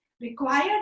Required